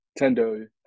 Tendo